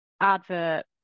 Advert